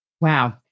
Wow